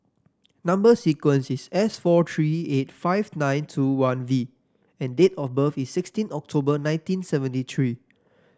number sequence is S four three eight five nine two one V and date of birth is sixteen October nineteen seventy three